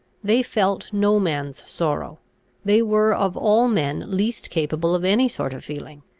they felt no man's sorrow they were of all men least capable of any sort of feeling.